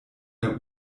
der